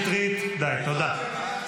הייתי נותנת לך נכשל,